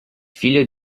figlio